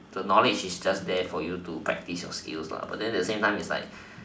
the knowledge is just there for you to practise your skills but at the same time it's like